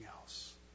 else